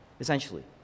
essentially